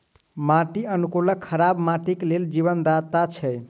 माटि अनुकूलक खराब माटिक लेल जीवनदाता छै